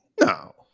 no